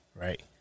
Right